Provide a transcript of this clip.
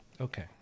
Okay